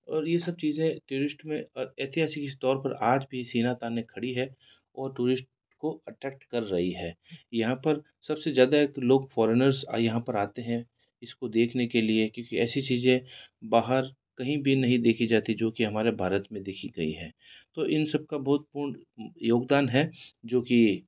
और यह सब चीज़ें टूरिस्ट में और ऐतिहासिक तौर पर आज भी सीना ताने खड़ी है और टूरिस्ट को अट्रैक्ट कर रही है यहाँ पर सब से ज़्यादा लोग फॉरेनर्स यहाँ पर आते हैं इसको देखने के लिए क्योंकि ऐसी चीज़ें बाहर कहीं भी नहीं देखी जाती जो कि हमारे भारत में देखी गई है तो इन सब का बहुत पूर्ण योगदान है जो कि